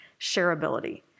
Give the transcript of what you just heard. shareability